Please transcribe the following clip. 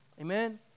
Amen